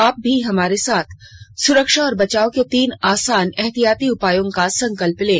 आप भी हमारे साथ सुरक्षा और बचाव के तीन आसान एहतियाती उपायों का संकल्प लें